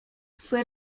fue